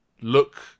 look